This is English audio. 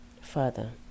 Father